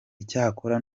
icyakora